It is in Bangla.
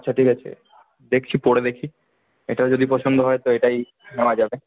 আচ্ছা ঠিক আছে দেখছি পরে দেখি এটাও যদি পছন্দ হয় তো এটাই নেওয়া যাবে